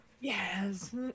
Yes